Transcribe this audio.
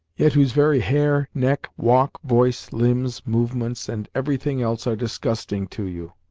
yet whose very hair, neck, walk, voice, limbs, movements, and everything else are disgusting to you,